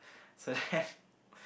so then